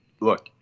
look